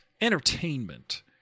entertainment